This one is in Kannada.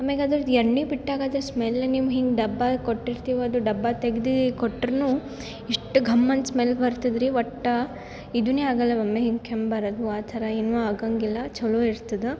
ಆಮ್ಯಾಗೆ ಅದು ಎಣ್ಣೆ ಬಿಟ್ಟಾಗ ಅದ್ರ ಸ್ಮೆಲ್ ನಿಮ್ಮ ಹಿಂಗೆ ಡಬ್ಬ ಕೊಟ್ಟು ಇರ್ತೀವಿ ಅದು ಡಬ್ಬ ತೆಗ್ದು ಕೊಟ್ರುನೂ ಎಷ್ಟು ಘಮ್ ಅಂತ ಸ್ಮೆಲ್ ಬರ್ತದ್ರಿ ಒಟ್ಟು ಇದುನೆ ಆಗೋಲ್ಲ ಒಮ್ಮೆ ಹಿಂಗೇ ಕೆಮ್ಮು ಬರೋದು ಆ ಥರ ಏನು ಆಗಂಗಿಲ್ಲ ಛಲೋ ಇರ್ತದೆ